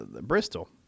Bristol